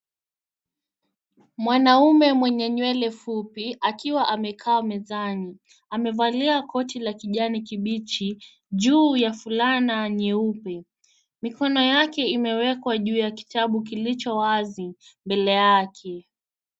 Mwanaume mwenye nywele fupi akiwa amekaa mezani. Amevalia koti la kijani kibichi juu ya fulana nyeupe. Mikono yake imewekwa juu ya kitabu kilicho wazi mbele yake.